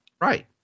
Right